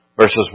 verses